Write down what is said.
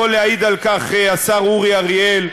יכול להעיד על כך השר אורי אריאל,